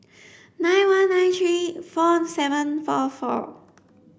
nine one nine three four seven four four